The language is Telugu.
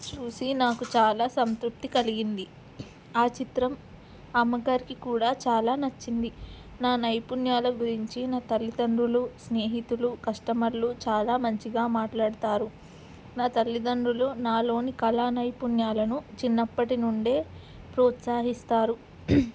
చూసి నాకు చాలా సంతృప్తి కలిగింది ఆ చిత్రం అమ్మగారికి కూడా చాలా నచ్చింది నా నైపుణ్యాల గురించి నా తల్లిదండ్రులు స్నేహితులు కస్టమర్లు చాలా మంచిగా మాట్లాడతారు నా తల్లిదండ్రులు నాలోని కళా నైపుణ్యాలను చిన్నప్పటి నుండే ప్రోత్సహిస్తారు